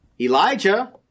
Elijah